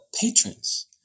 patrons